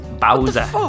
Bowser